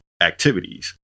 activities